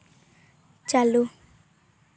ᱪᱟᱞᱩ